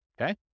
okay